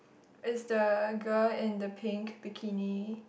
is the girl in the pink bikini